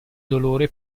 dolore